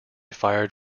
fired